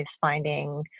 finding